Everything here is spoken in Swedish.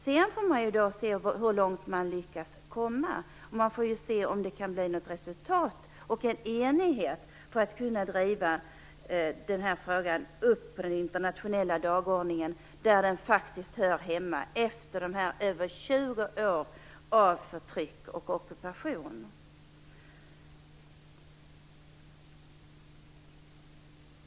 Sedan får man se hur långt man lyckas komma, om det kan bli något resultat och en enighet för att driva upp frågan på den internationella dagordningen, där den faktiskt hör hemma, efter dessa över 20 år av förtryck och ockupation.